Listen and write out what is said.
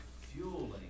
fueling